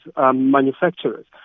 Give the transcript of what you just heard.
manufacturers